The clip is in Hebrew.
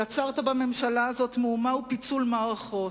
יצרת בממשלה הזאת מהומה ופיצול מערכות.